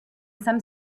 some